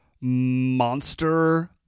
monster